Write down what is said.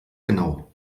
genau